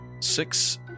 six